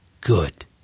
Good